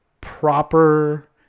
proper